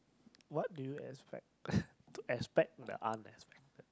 what do you expect to expect the unexpected